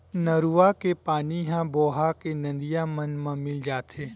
नरूवा के पानी ह बोहा के नदिया मन म मिल जाथे